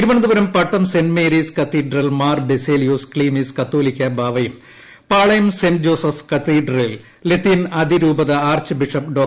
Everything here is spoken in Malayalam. തിരുവനന്തപുരം പട്ടം സെന്റ് മേരീസ് കത്തീഡ്രലിൽ മാർ ബസേലിയോസ് ക്ലീമിസ് കാതോലിക്ക ബാവയും പാളയം സെന്റ് ജോസഫ് കത്തീഡ്രലിൽ ലത്തീൻ അതിരൂപത ആർച്ച് ബിഷപ്പ് ഡോ